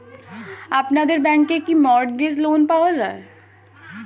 আপনাদের ব্যাংকে কি মর্টগেজ লোন পাওয়া যায়?